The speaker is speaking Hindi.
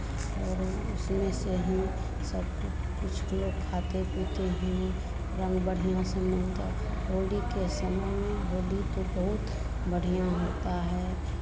और उसमें से हम सब कुछ लोग खाते पीते हैं रंग बढ़ियाँ से मिलता होली के समय में होली तो बहुत बढ़ियाँ होता है